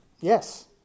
Yes